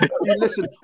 listen